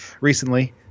recently